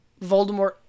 Voldemort